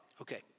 Okay